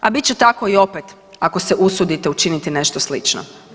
A bit će tako i opet ako se usudite učiniti nešto slično.